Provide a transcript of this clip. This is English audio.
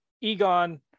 Egon